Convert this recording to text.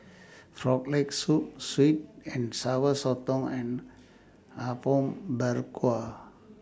Frog Leg Soup Sweet and Sour Sotong and Apom Berkuah